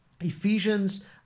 Ephesians